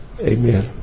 Amen